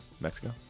Mexico